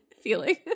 feeling